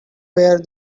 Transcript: where